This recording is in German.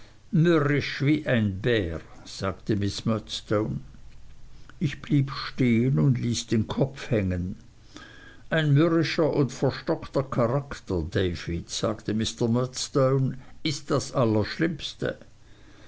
wie ein bär sagte miß murdstone ich blieb stehen und ließ den kopf hängen ein mürrischer und verstockter charakter david sagte mr murdstone ist das allerschlimmste